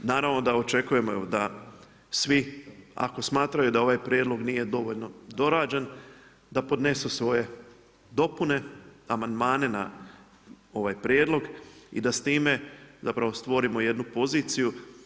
Naravno da očekujemo da svi ako smatraju da ovaj prijedlog nije dovoljno dorađen da podnesu svoje dopune, amandmane na ovaj prijedlog i da s time stvorimo jednu poziciju.